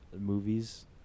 movies